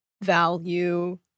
value